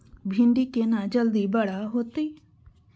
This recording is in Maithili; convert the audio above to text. भिंडी केना जल्दी बड़ा होते?